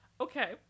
Okay